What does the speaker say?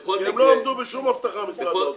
כי הם לא עמדו בשום הבטחה, משרד האוצר.